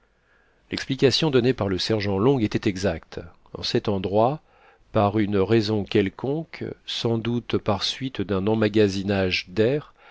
l'explication donnée par le sergent long était exacte en cet endroit par une raison quelconque sans doute par suite d'un emmagasinage d'air